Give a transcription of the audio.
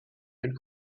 had